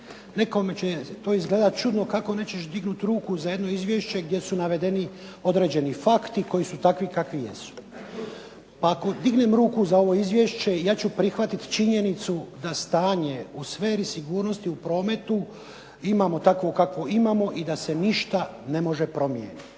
nekome će to izgledati čudno kako nećeš dignuti ruku za jedno izvješće gdje su navedeni određeni fakti koji su takvi kakvi jesu. Pa ako dignem ruku za ovo izvješće ja ću prihvatiti činjenicu da stanje u sferi sigurnosti u prometu imamo takvo kakvo imamo i da se ništa ne može promijeniti.